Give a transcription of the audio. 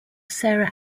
sarah